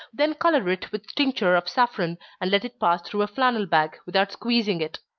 then color it with tincture of saffron, and let it pass through a flannel bag, without squeezing it.